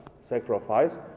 Sacrifice